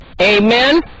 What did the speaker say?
Amen